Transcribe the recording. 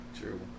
True